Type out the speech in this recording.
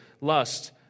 lust